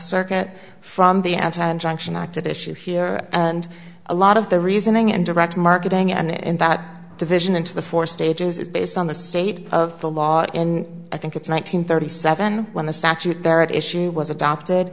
circuit from the anti injunction acted issue here and a lot of the reasoning and direct marketing and that division into the four stages is based on the state of the law and i think it's one nine hundred thirty seven when the statute there at issue was adopted